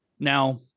Now